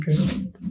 okay